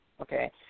Okay